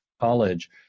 college